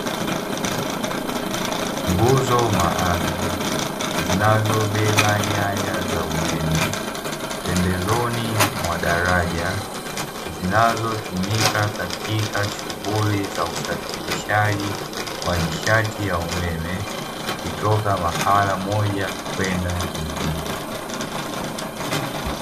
Nguzo maalumu zinazobeba nyaya za umeme pembezoni mwa daraja, zinazotumika katika shughuli za usafirishaji wa nishati ya umeme kutoka mahala moja kwenda nyingine.